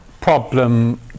problem